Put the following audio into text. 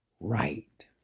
right